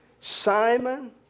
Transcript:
Simon